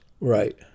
Right